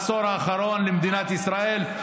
בעשור האחרון למדינת ישראל,